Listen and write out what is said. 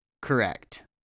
correct